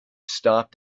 stopped